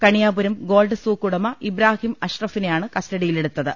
Kaniyapuram gold souk ഉടമ ഇബ്രാഹിം അഷ്റഫിനെ കസ്റ്റഡിയിലെടുത്തു